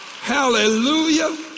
Hallelujah